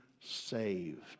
saved